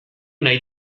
nahi